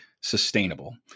sustainable